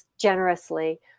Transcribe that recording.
generously